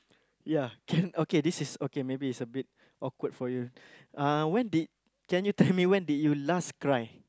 ya can okay this is okay maybe is a bit awkward for you uh when did can you tell me when did you last cry